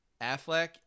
Affleck